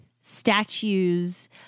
statues